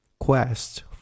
quest